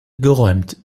geräumt